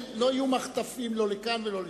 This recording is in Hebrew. לא יהיו מחטפים לא לכאן ולא לשם.